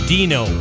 Dino